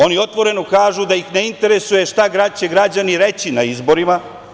Oni otvoreno kažu da njih ne interesuje šta će građani reći na izborima.